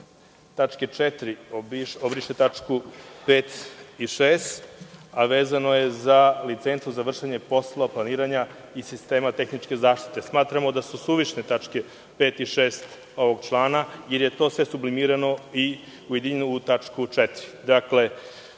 tačke 4. obriše tačke 5. i 6, a vezano je za licencu za vršenje poslova planiranja i sistema tehničke zaštite. Smatramo da su suvišne tačke 5. i 6. ovog člana, jer je to sve sublimirano i ujedinjeno u tačku 4.